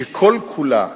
שכל-כולה